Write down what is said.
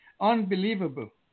unbelievable